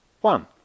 One